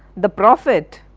the prophet,